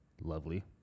lovely